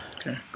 okay